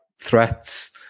threats